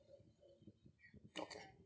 okay